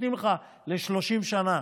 נותנים לך ל-30 שנה,